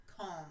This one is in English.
calm